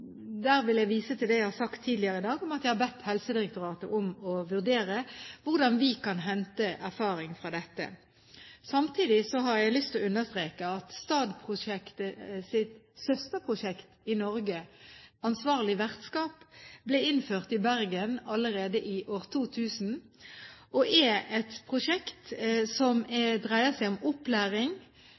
Der vil jeg vise til det jeg har sagt tidligere i dag, om at jeg har bedt Helsedirektoratet om å vurdere hvordan vi kan hente erfaring fra dette. Samtidig har jeg lyst til å understreke at STAD-prosjektets søsterprosjekt i Norge, Ansvarlig vertskap, ble innført i Bergen allerede i 2001 og er et prosjekt som dreier seg om opplæring